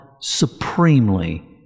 supremely